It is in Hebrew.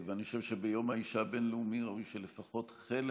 אני חושב שביום האישה הבין-לאומי ראוי שלפחות חלק